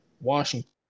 Washington